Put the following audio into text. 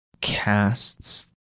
casts